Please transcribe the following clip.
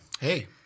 hey